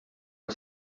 els